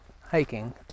hiking